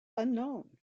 unknown